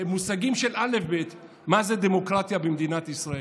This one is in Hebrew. מושגים של אלף-בית, מה זה דמוקרטיה במדינת ישראל.